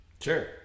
Sure